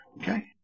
Okay